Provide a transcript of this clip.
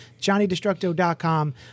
johnnydestructo.com